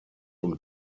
und